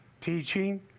teaching